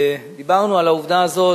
דיברנו על העובדה הזאת